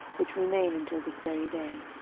which remain until this very day.